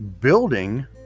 building